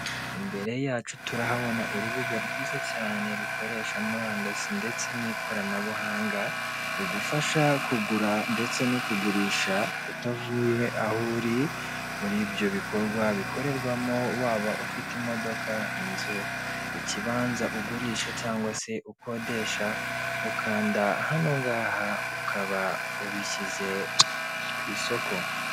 Imbere yacu turahabona urubuga rwiza cyane rukoresha murandasi ndetse n'ikoranabuhanga rugufasha kugura ndetse no kugurisha utavuye aho uri muri ibyo bikorwa bikorerwamo waba ufite imodoka, inzu, ikibanza ugurisha cynagwa se ukodesha ukanda hano ngaha ukaba ubishize ku isoko.